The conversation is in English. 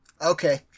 Okay